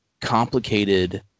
complicated